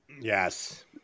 yes